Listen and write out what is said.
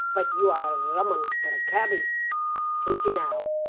but you are a rum un for a cabby ain't you now?